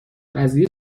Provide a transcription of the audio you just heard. قضیه